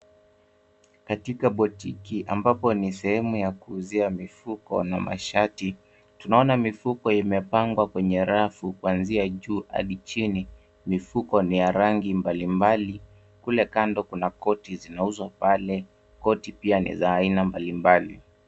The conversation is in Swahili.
Katika botiki ambapo ni sehemu ya kuuzia mifuko na mashati. Tunaona mifuko imepangwa kwenye rafu kuanzia juu hadi chini. Mifuko ni ya rangi mbali mbali. Kule kando kuna koti zinauzwa pale. Koti pia ni za aina mbali mbali.